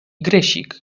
grysik